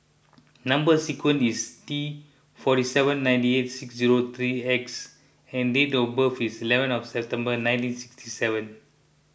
Number Sequence is T forty seven ninety eight six zero three X and date of birth is eleven of September nineteen sixty seven